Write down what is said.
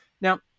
Now